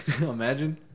Imagine